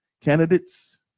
candidates